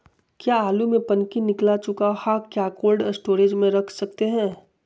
क्या आलु में पनकी निकला चुका हा क्या कोल्ड स्टोरेज में रख सकते हैं?